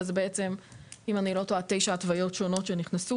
אבל אלו תשע התוויות שונות שנכנסו